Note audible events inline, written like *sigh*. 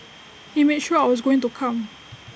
*noise* he made sure I was going to come